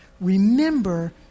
Remember